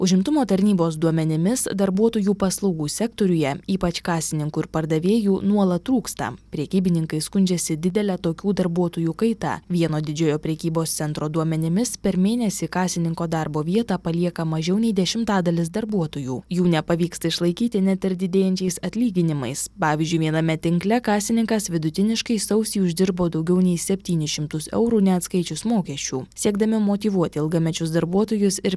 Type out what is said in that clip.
užimtumo tarnybos duomenimis darbuotojų paslaugų sektoriuje ypač kasininkų ir pardavėjų nuolat trūksta prekybininkai skundžiasi didele tokių darbuotojų kaita vieno didžiojo prekybos centro duomenimis per mėnesį kasininko darbo vietą palieka mažiau nei dešimtadalis darbuotojų jų nepavyksta išlaikyti net ir didėjančiais atlyginimais pavyzdžiui viename tinkle kasininkas vidutiniškai sausį uždirbo daugiau nei septynis šimtus eurų neatskaičius mokesčių siekdami motyvuoti ilgamečius darbuotojus ir